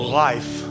life